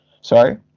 sorry